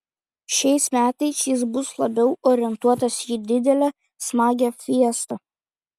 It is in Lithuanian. šiais metais jis bus labiau orientuotas į didelę smagią fiestą